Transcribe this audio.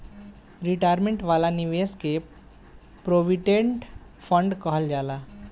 retirement वाला निवेश के प्रोविडेंट फण्ड कहल जाला